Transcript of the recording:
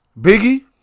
Biggie